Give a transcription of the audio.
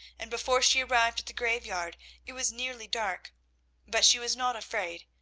and before she arrived at the graveyard it was nearly dark but she was not afraid,